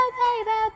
baby